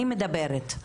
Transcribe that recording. אני מדברת.